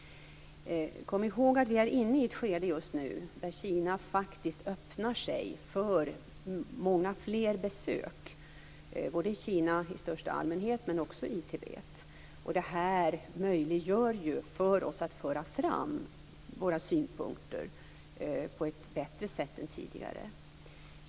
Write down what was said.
Kom ihåg att vi just nu är inne i ett skede där Kina öppnar sig för många fler besök, både i Kina i största allmänhet och också i Tibet. Detta möjliggör ju för oss att föra fram våra synpunkter på ett bättre sätt än tidigare.